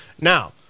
now